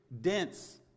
dense